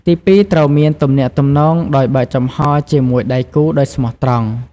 ទីពីរ ត្រូវមាន ទំនាក់ទំនងដោយបើកចំហរ ជាមួយដៃគូដោយស្មោះត្រង់។